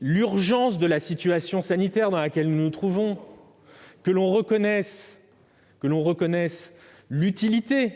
l'urgence de la situation sanitaire dans laquelle nous nous trouvons, tout en reconnaissant l'utilité,